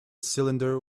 cylinder